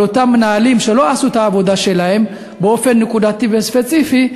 אותם מנהלים שלא עשו את העבודה שלהם באופן נקודתי וספציפי,